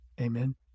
Amen